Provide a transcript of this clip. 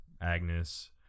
Agnes